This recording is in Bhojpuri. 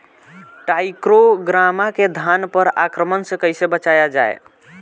टाइक्रोग्रामा के धान पर आक्रमण से कैसे बचाया जाए?